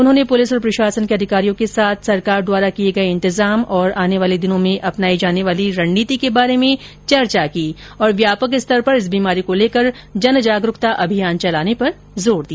उन्होंने पुलिस और प्रशासन के अधिकारियों के साथ सरकार द्वारा किए गए इंतजाम और आने वाले दिनों में अपनाई जाने वाली रणनीति के बारे में चर्चा की और व्यापक स्तर पर इस बीमारी को लेकर जन जागरूकता अभियान चलाने पर जोर दिया